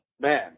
man